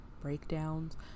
breakdowns